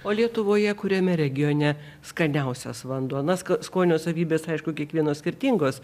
o lietuvoje kuriame regione skaniausias vanduo na ska skonio savybės aišku kiekvieno skirtingos